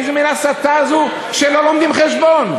איזה מין הסתה זו שלא לומדים חשבון?